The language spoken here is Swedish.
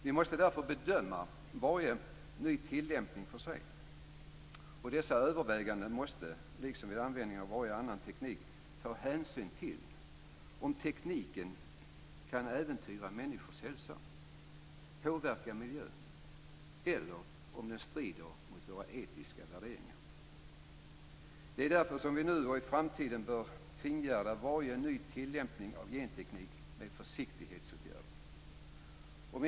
Vi måste därför bedöma varje ny tillämpning för sig, och dessa överväganden måste, liksom vid användningen av varje annan teknik, ta hänsyn till om tekniken kan äventyra människors hälsa, påverka miljön eller om den strider mot våra etiska värderingar. Det är därför som vi nu och i framtiden bör kringgärda varje ny tillämpning av genteknik med försiktighetsåtgärder.